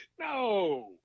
No